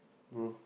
bro